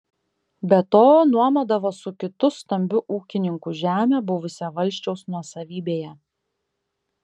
be to nuomodavo su kitu stambiu ūkininku žemę buvusią valsčiaus nuosavybėje